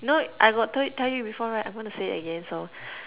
know I got told tell you before right I'm gonna say it again so